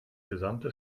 gesamte